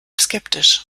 skeptisch